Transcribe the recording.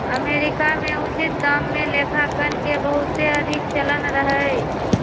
America में उचित दाम लेखांकन के बहुते अधिक चलन रहै